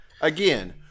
Again